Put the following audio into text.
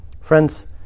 friends